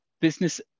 business